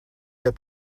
hebt